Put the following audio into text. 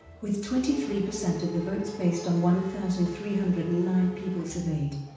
with twenty three percent of the votes based on one thousand three hundred and nine people surveyed.